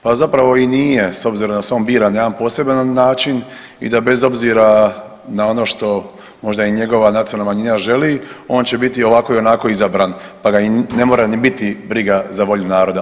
Pa zapravo i nije s obzirom da se on bira na jedna poseban način i da bez obzira na ono što možda i njegova nacionalna manjina želi, on će biti ovako i onako izabran pa ga i ne mora ni biti briga za volju naroda.